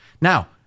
Now